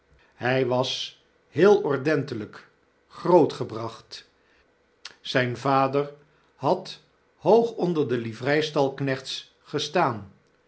hij was heel ordentelyk grootgebracht zijn vader had hoog onder delivreistalknechts gestaan